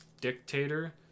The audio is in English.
dictator